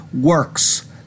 works